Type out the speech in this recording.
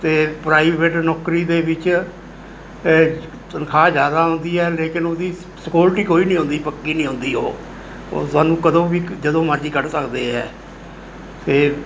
ਅਤੇ ਪ੍ਰਾਈਵੇਟ ਨੌਕਰੀ ਦੇ ਵਿੱਚ ਤਨਖਾਹ ਜ਼ਿਆਦਾ ਹੁੰਦੀ ਹੈ ਲੇਕਿਨ ਉਹਦੀ ਸਕੋਰਟੀ ਕੋਈ ਨਹੀਂ ਹੁੰਦੀ ਪੱਕੀ ਨਹੀਂ ਹੁੰਦੀ ਉਹ ਉਹ ਤੁਹਾਨੂੰ ਕਦੋਂ ਵੀ ਜਦੋਂ ਮਰਜ਼ੀ ਕੱਢ ਸਕਦੇ ਹੈ ਅਤੇ